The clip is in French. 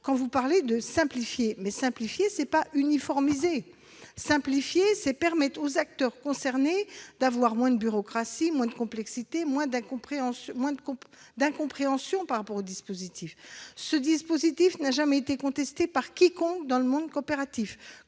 votre souci de simplification, mais, simplifier, ce n'est pas uniformiser ! Simplifier pour les acteurs concernés, c'est moins de bureaucratie, moins de complexité, moins d'incompréhension par rapport au dispositif. Ce dispositif n'a jamais été contesté par quiconque dans le monde coopératif.